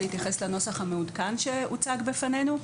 להתייחס לנוסח המעודכן שהוצג בפנינו.